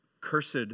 cursed